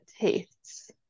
tastes